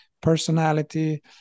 personality